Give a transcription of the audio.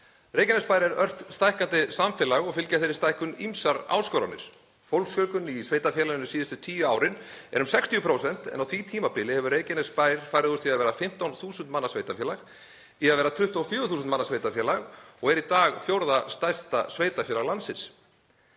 Reykjanesbær er ört stækkandi samfélag og fylgja þeirri stækkun ýmsar áskoranir. Fólksfjölgun í sveitarfélaginu síðustu tíu árin er um 60% en á því tímabili hefur Reykjanesbær farið úr því að vera 15.000 manna sveitarfélag í að vera 24.000 manna sveitarfélag og er í dag fjórða stærsta sveitarfélag landsins.